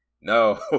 no